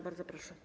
Bardzo proszę.